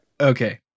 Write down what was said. Okay